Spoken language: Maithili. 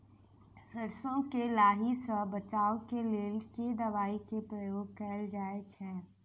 सैरसो केँ लाही सऽ बचाब केँ लेल केँ दवाई केँ प्रयोग कैल जाएँ छैय?